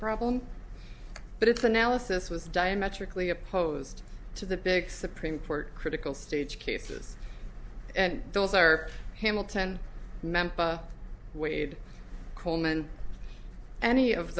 problem but its analysis was diametrically opposed to the big supreme court critical stage cases and those are hamilton memphis wade coleman any of